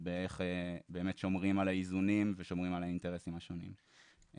ואיך באמת שומרים על האיזונים ועל האינטרסים השונים.